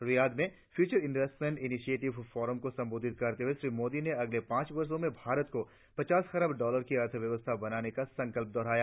Riyadh में future investment initiative forum को संबोधित करते हुए श्री मोदी ने अगले पांच वर्षों में भारत को पचास खरब डॉलर की अर्थव्यवस्था बनाने का संकल्प दोहराया